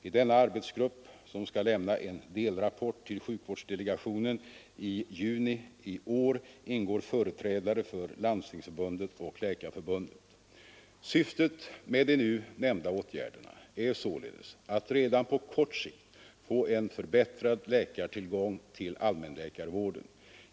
I denna arbetsgrupp, som skall lämna en delrapport till sjukvårdsdelegationen i juni i år, ingår företrädare för Landstingsförbundét och Läkarförbundet. Syftet med de nu nämnda åtgärderna är således att redan på kort sikt få en förbättrad läkartillgång till allmänläkarvården.